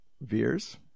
Veers